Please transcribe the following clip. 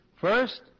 First